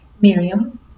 Miriam